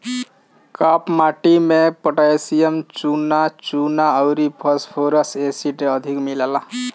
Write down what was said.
काप माटी में पोटैशियम, चुना, चुना अउरी फास्फोरस एसिड अधिक मिलेला